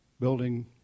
building